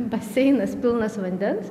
baseinas pilnas vandens